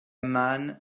man